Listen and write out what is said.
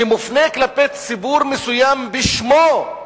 שמופנה כלפי ציבור מסוים בשמו,